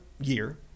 year